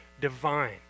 divine